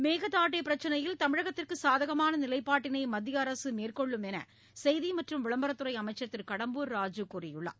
மேகதாது பிரச்சினையில் தமிழகத்திற்கு சாதகமான நிலைப்பாட்டினை மத்திய அரசு மேற்கொள்ளும் என்று செய்தி மற்றும் விளம்பரத்துறை அமைச்சர் திரு கடம்பூர் ராஜு கூறியுள்ளார்